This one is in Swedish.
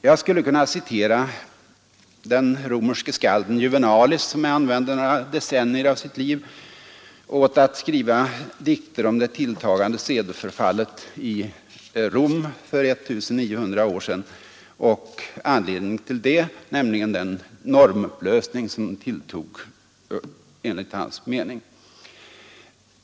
Jag skulle kunna citera den romerske skalden Juvenalis, som ägnade några decennier av sitt liv åt att skriva gnälliga dikter om det tilltagande sedeförfallet i Rom för 1 900 år sedan och anledningen till det, nämligen den normupplösning som enligt hans mening blev allt värre.